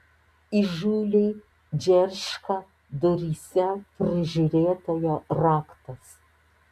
įžūliai džerška duryse prižiūrėtojo raktas